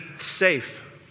safe